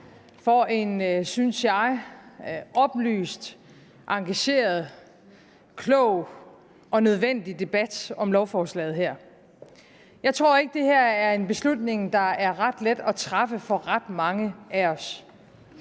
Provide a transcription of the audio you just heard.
for en, synes jeg, oplyst, engageret, klog og nødvendig debat om lovforslaget her. Jeg tror ikke, det her er en beslutning, der er ret let at træffe for ret mange af os.